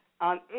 on